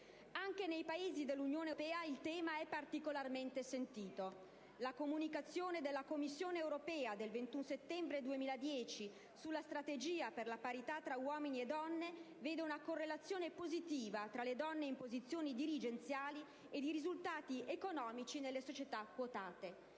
Anche nei Paesi dell'Unione europea il tema è particolarmente sentito. La comunicazione della Commissione europea del 21 settembre 2010 sulla strategia per la parità tra uomini e donne vede una correlazione positiva tra le donne in posizioni dirigenziali ed i risultati economici nelle società quotate.